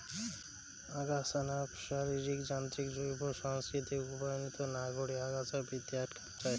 আগাছানাশক, শারীরিক, যান্ত্রিক, জৈব, সাংস্কৃতিক উপায়ত না করি আগাছা বৃদ্ধি আটকান যাই